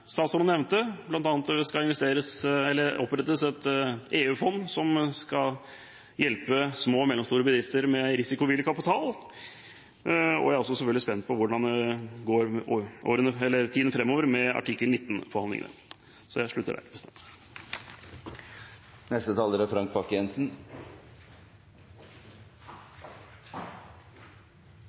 statsråden nevnte, bl.a. at det skal opprettes et EU-fond, som skal hjelpe små og mellomstore bedrifter med risikovillig kapital. Jeg er selvfølgelig også spent på hvordan det i tiden framover går med artikkel 19-forhandlingene. Jeg vil også takke statsråden for en god og grundig redegjørelse på et felt som for oss er